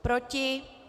Proti?